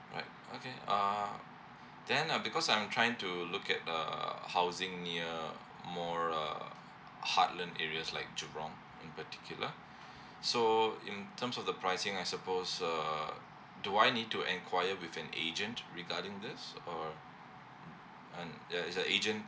right okay uh then uh because I'm trying to look at the housing near more err heartland areas like jurong in particular so in terms of the pricing I suppose uh do I need to enquire with an agent regarding this or uh un~ ya is an agent